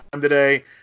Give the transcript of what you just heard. today